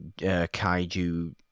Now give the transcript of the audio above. kaiju